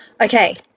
Okay